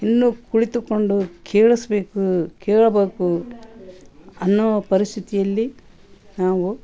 ಇನ್ನೂ ಕುಳಿತುಕೊಂಡು ಕೇಳಿಸ್ಬೇಕು ಕೇಳ್ಬೇಕು ಅನ್ನುವ ಪರಿಸ್ಥಿತಿಯಲ್ಲಿ ನಾವು